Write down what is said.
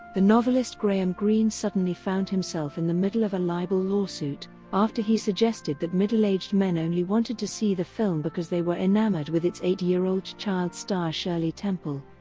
the novelist graham greene suddenly found himself in the middle of a libel lawsuit after he suggested that middle-aged men only wanted to see the film because they were enamored with its eight year old child star shirley temple.